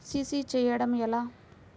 CC చేయడము ఎలా?